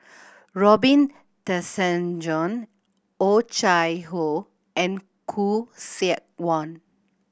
Robin Tessensohn Oh Chai Hoo and Khoo Seok Wan